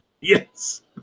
Yes